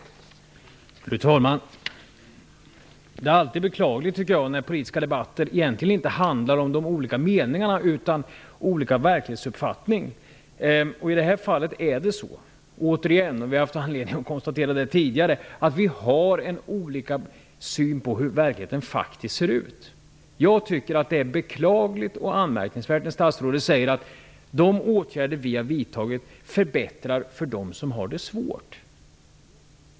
Fru talman! Det är alltid beklagligt när politiska debatter egentligen inte handlar om de olika meningarna utan om de olika verklighetsuppfattningarna. I det här fallet är det så -- återigen. Vi har tidigare haft anledning att konstatera att vi har olika syn på hur verkligheten faktiskt ser ut. Jag tycker att det är beklagligt och anmärkningsvärt när statsrådet säger att de åtgärder som regeringen har vidtagit förbättrar för dem som har det svårt.